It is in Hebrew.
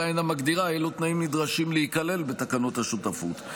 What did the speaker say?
אינה מגדירה אילו תנאים נדרשים להיכלל בתקנות השותפות.